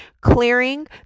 clearing